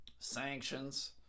sanctions